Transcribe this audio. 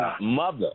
mother